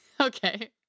okay